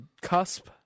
cusp